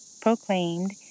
proclaimed